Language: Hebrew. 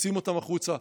מוציאים אותן החוצה.